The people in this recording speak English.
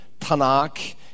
Tanakh